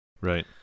Right